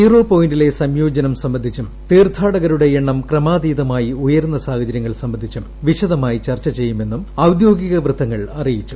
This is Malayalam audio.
സീറോ പോയിന്റിലെ സംയോജനം സംബ്സ്ഡിച്ചും തീർത്ഥാടകരുടെ എണ്ണം ക്രമാതീതമായി ഉയരുന്ന സാഹചര്യങ്ങൾ സംബന്ധിച്ചും വിശദമായി ചർച്ച ചെയ്യുമെന്നും ഔദ്യോഗിക വൃത്തങ്ങൾ അറിയിച്ചു